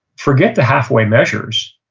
forget the halfway measures.